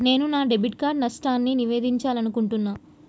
నేను నా debit card నష్టాన్ని నివేదించాలనుకుంటున్నా